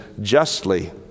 justly